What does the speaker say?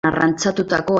arrantzatutako